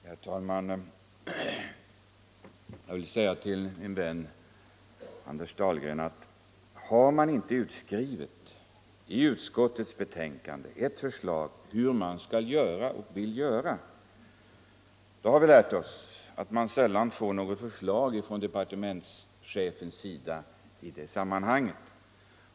Herr talman! Jag vill säga till min vän Anders Dahlgren att vi har fått lära oss, att om man inte i utskottets betänkande har skrivit in ett konkret förslag som anger vissa riktlinjer, så får man sällan något sådant förslag från departementschefen.